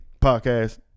podcast